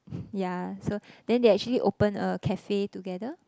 yea so then they actually open a cafe together